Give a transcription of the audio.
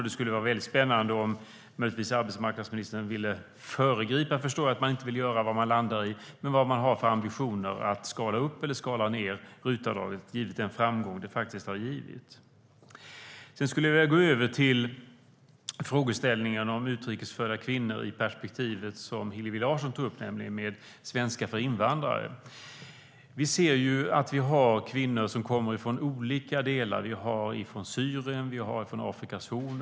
Det skulle vara väldigt spännande om möjligtvis arbetsmarknadsministern ville säga - jag förstår att man inte vill föregripa vad man landar i - vad man har för ambitioner när det gäller att skala upp eller skala ned RUT-avdraget, givet den framgång det faktiskt har blivit. Sedan skulle jag vilja gå över till frågeställningen om utrikes födda kvinnor när det gäller det perspektiv som Hillevi Larsson tog upp, nämligen svenska för invandrare. Vi ser att vi har kvinnor som kommer från olika delar. De kommer från Syrien. De kommer från Afrikas horn.